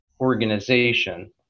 organization